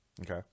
okay